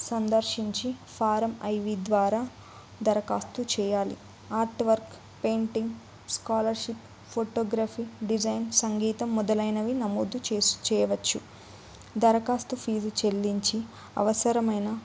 సందర్శించి form I V ద్వారా దరఖాస్తు చేయాలి art work painting scholarship photography design సంగీతం మొదలైనవి నమోదు చేయవచ్చు దరఖాస్తు ఫీజు చెల్లించి అవసరమైన